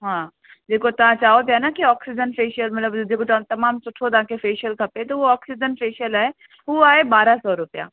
हा जेको तव्हां चयो पिया न कि ऑक्सीजन फ़ेशियल मतलबु जेको त तमामु सुठो तव्हांखे फ़ेशियल खपे त हू ऑक्सीजन फ़ेशियल आहे हू आहे ॿारहं सौ रुपया